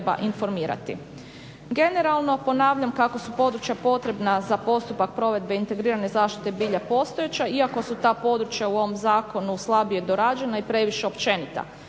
Generalno ponavljam kako su područja potrebna za postupak potrebe integrirane zaštite bilja postojeća iako su ta područja u ovom zakonu slabije dorađena i previše općenita.